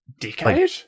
decade